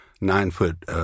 nine-foot